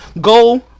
go